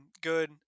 good